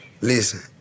Listen